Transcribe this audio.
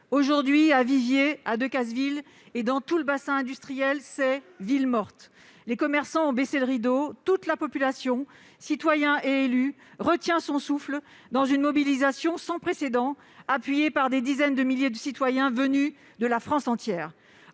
Aujourd'hui, à Viviez, à Decazeville et dans tout le bassin industriel alentour, c'est ville morte ! Les commerçants ont baissé le rideau et toute la population- citoyens et élus -retient son souffle, dans une mobilisation sans précédent, appuyée par des dizaines de milliers de citoyens venus de la France entière.